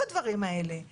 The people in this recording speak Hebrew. הדברים האלה הם בלי סוף.